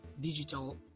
digital